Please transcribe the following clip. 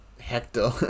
Hector